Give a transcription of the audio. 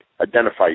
Identify